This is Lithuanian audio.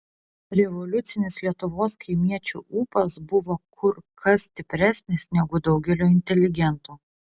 revoliucinis lietuvos kaimiečių ūpas buvo kur kas stipresnis negu daugelio inteligentų